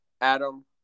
Adam